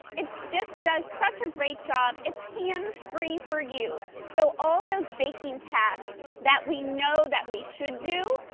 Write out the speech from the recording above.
it just does such a great job, its hands free for you so all of those baking tasks that we know that we should do,